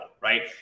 right